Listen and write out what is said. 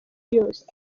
yose